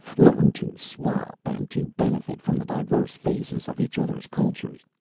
learn to swap and to benefit from the diverse phases of each other's cultures.